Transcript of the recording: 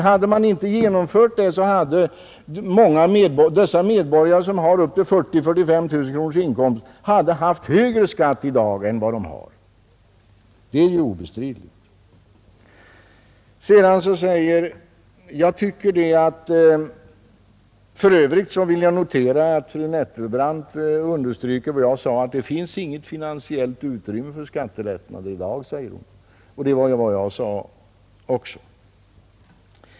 Hade inte reformen genomförts, skulle de medborgare som har inkomster på upp till 40 000—45 000 kronors inkomst haft en högre skatt i dag än vad de har. Det är obestridligt. För övrigt vill jag notera att fru Nettelbrandt understryker vad jag sade, att det finns inget finansiellt utrymme för skattelättnader i dag.